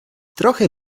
trochę